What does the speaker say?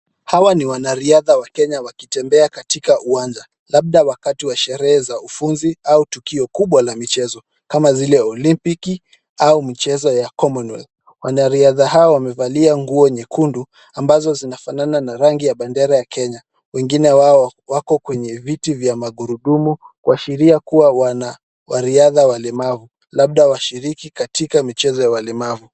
Hawa ni wanariadha wa Kenya wakitembea katika uwanja labda wakati wa sherehe za ufunzi au tukio kubwa la michezo kama zile Olimpiki au michezo ya Commonwealth. Wanariadha hao wamevalia nguo nyekundu ambazo zinafanana na rangi ya bendera ya Kenya. Wengine wao wako kwenye viti vya magurudumu kuashiria kuwa wanariadha walemavu labda washiriki katika michezo ya walemavu.